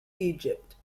egypt